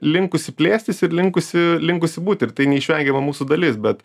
linkusi plėstis ir linkusi linkusi būti ir tai neišvengiama mūsų dalis bet